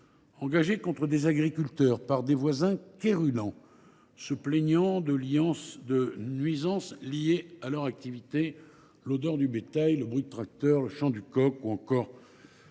engagées contre des agriculteurs par des voisins quérulents, qui se plaignent de nuisances liées à leur activité. L’odeur du bétail, le bruit des tracteurs, le chant du coq ou encore